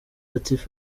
ati